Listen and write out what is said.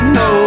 no